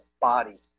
body